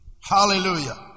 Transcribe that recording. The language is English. Hallelujah